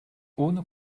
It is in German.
ohne